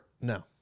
No